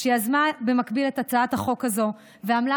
שיזמה במקביל את הצעת החוק הזו ועמלה